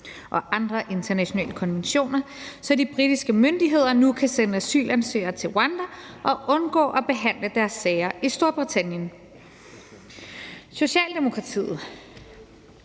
og andre internationale konventioner, så de britiske myndigheder nu kan sende asylansøgere til Rwanda og undgå at behandle deres sager i Storbritannien. Socialdemokratiet